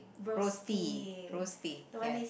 rosti rosti yes